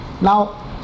Now